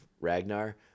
Ragnar